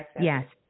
Yes